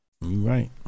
right